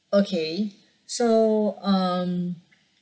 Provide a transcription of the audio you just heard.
okay so um